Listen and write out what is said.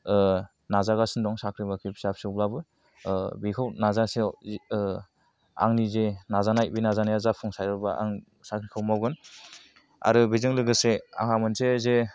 नाजागासिनो दं साख्रि बाख्रि फिसा फिसौब्लाबो बेखौ नाजासेआव आंनि जे नाजायनाय बे नाजानाया जाफुंसारोब्ला आं साख्रिखौ मावगोन आरो बेजों लोगोसे आंहा मोनसे जे